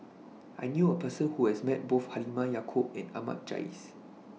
I knew A Person Who has Met Both Halimah Yacob and Ahmad Jais